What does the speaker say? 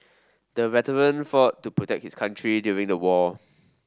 the veteran fought to protect his country during the war